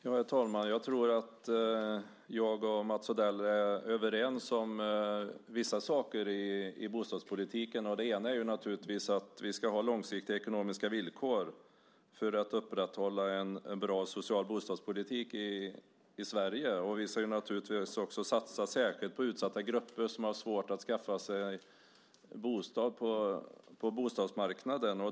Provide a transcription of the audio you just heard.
Herr talman! Jag tror att jag och Mats Odell är överens om vissa saker i bostadspolitiken. Det ena är att vi ska ha långsiktiga ekonomiska villkor för att upprätthålla en bra och social bostadspolitik i Sverige. Vi ska naturligtvis också satsa särskilt på utsatta grupper som har svårt att skaffa sig bostad på bostadsmarknaden.